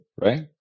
right